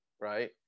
right